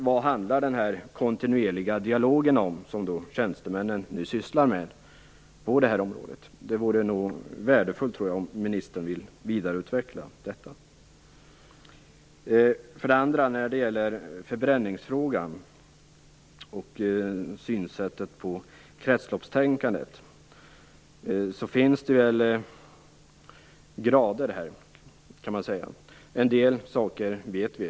Vad handlar den kontinuerliga dialog om som tjänstemännen nu sysslar med på detta område? Det vore nog värdefullt om ministern vill vidareutveckla detta. För det andra gäller det förbränningsfrågan och synsättet på kretsloppstänkandet. Här finns det olika grader. En del saker vet vi.